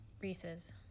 Reese's